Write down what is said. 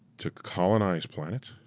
to colonize planets,